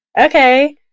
okay